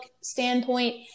standpoint